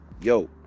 Yo